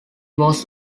was